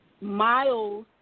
Miles